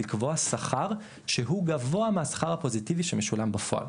לקבוע שכר שהוא גבוה מהשכר הפוזיטיבי שמשולם בפועל.